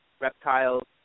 reptiles